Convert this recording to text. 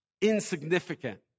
insignificant